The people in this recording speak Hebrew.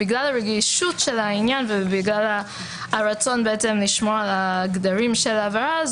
בגללה רגישות של העניין והרצון לשמור על הגבולות של העבירה,